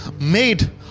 made